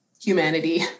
humanity